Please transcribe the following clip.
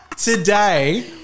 Today